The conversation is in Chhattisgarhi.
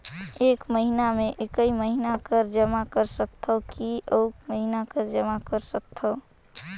एक महीना मे एकई महीना कर जमा कर सकथव कि अउ महीना कर जमा कर सकथव?